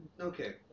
okay